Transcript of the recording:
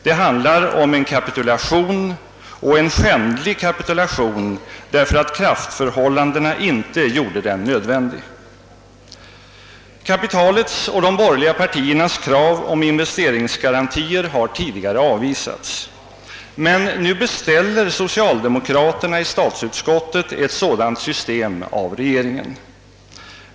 Det handlar om en kapitulation, och en skändlig kapitulation, därför att kraftförhållandena inte gjorde den nödvändig. Kapitalets och de borgerliga partiernas krav på investeringsgarantier har tidigare avvisats. Men nu beställer socialdemokraterna i statsutskottet ett sådant system av regeringen.